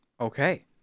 okay